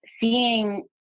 seeing –